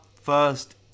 first